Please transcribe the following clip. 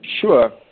Sure